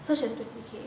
so she has twenty K